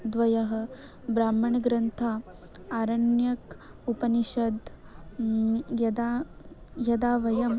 द्वयं ब्राह्मणग्रन्थाः आरण्यकम् उपनिषद् यदा यदा वयं